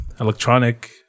electronic